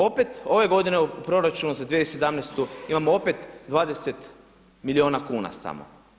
Opet ove godine u proračunu za 2017. imamo opet 20 milijuna kuna samo.